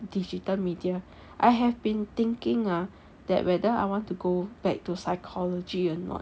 digital media I have been thinking ah that whether I want to go back to psychology or not